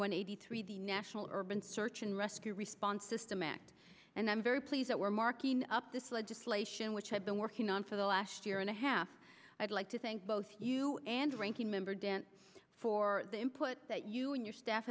one eighty three the national urban search and rescue response system act and i'm very pleased that we're marking up this legislation which has been working on for the last year and a half i'd like to thank both you and ranking member dan for the input that you and your staff